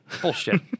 Bullshit